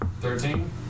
Thirteen